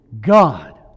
God